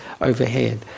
overhead